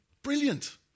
Brilliant